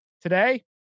Today